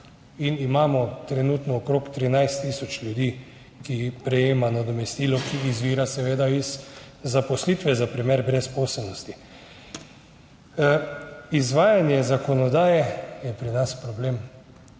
in imamo trenutno okrog 13 tisoč ljudi, ki prejemajo nadomestilo, ki izvira seveda iz zaposlitve za primer brezposelnosti. Izvajanje zakonodaje je pri nas problem.